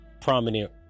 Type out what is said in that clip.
prominent